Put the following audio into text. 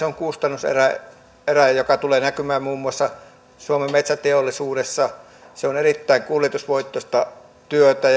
on kustannuserä joka tulee näkymään muun muassa suomen metsäteollisuudessa se on erittäin kuljetusvoittoista työtä